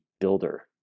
builder